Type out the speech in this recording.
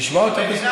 נשמע אותה בכיף.